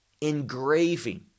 engraving